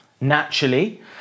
naturally